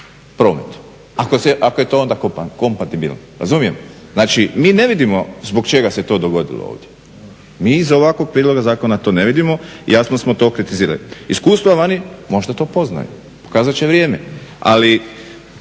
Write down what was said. prometu. Ako je to onda kompatibilno. Znači, mi ne vidimo zbog čega se to dogodilo ovdje. Mi iz ovakvog prijedloga zakona to ne vidimo i jasno smo to kritizirali. Iskustva vani možda to poznaju, pokazat će vrijeme. Ali